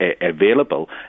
available